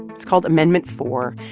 it's called amendment four,